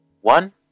One